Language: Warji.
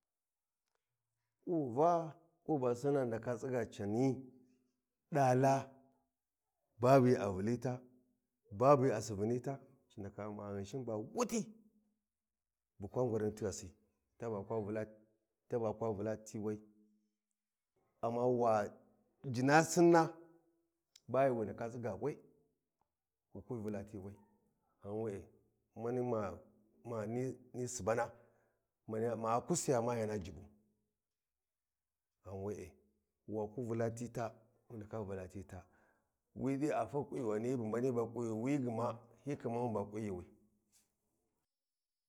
Kuva ku ba sini ndake tsaiga cani daala babu ghi a vulita, babu ghi a sukunita ci ndake umaa ghinshin ba wuti bukwa ngwaruni tighasi ta bakwa vula taba kwa vula ti wai amma wa jina sinna ba ghi wu ndake tsiga we wu kwi vula ti wai ghan we’e mani ma hesitation subana manima kussiya ma yana dubbu ghani we’e waku vula titaa wa ndake vula tita wi di a fakhi kunyule ghini hi bu mbami ba kunyi wi gma hi khimahun ba kunyuwi